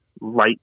light